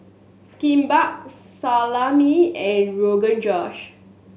Kimbap Salami and Rogan Josh